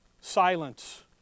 silence